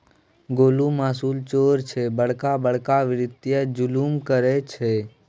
गोलु मासुल चोर छै बड़का बड़का वित्तीय जुलुम करय छै